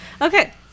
Okay